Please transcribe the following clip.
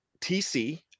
TC